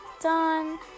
done